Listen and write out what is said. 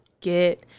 get